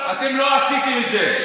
אתם לא עשיתם את זה.